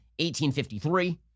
1853